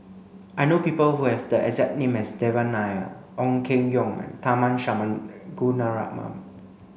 I know people who have the exact name as Devan Nair Ong Keng Yong and Tharman Shanmugaratnam